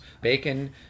bacon